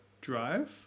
drive